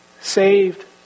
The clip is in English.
saved